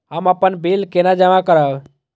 हम अपन बिल केना जमा करब?